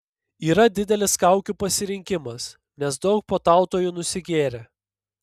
yra didelis kaukių pasirinkimas nes daug puotautojų nusigėrė